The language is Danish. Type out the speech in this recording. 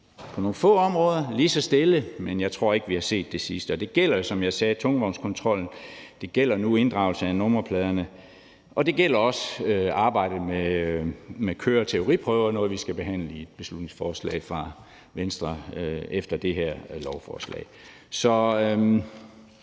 på nogle få områder – lige så stille, men jeg tror ikke, at vi har set det sidste. Det gælder jo, som jeg sagde, tungvognskontrollen, det gælder nu inddragelse af nummerplader, og det gælder også arbejdet med køre- og teoriprøver, som er noget, vi skal behandle i et beslutningsforslag fra Venstre efter behandlingen af det